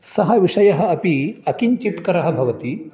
सः विषयः अपि अकिञ्चित्करः भवति